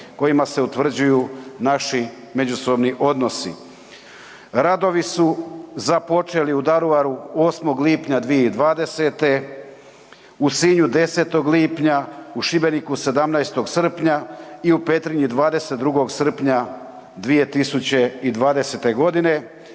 kojima se utvrđuju naši međusobni odnosi. Radovi su započeli u Daruvaru 8. lipnja 2020., u Sinju 10. lipnja, u Šibeniku 17. srpnja i u Petrinji 22. srpnja 2020. g.,